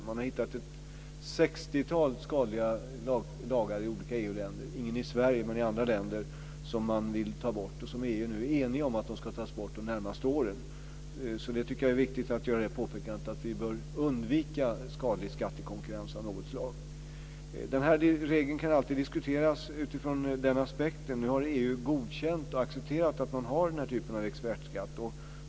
Gruppen har hittat ett sextiotal skadliga lagar i olika EU-länder - ingen i Sverige - som gruppen vill ska tas bort. EU är enigt om att de ska tas bort de närmaste åren. Det är viktigt att göra påpekandet att vi bör undvika skadlig skattekonkurrens av något slag. Regeln kan alltid diskuteras utifrån den aspekten. Nu har EU godkänt att man har den här typen av expertskatt.